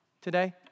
today